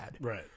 Right